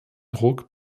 druck